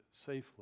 safely